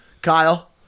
Kyle